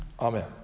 Amen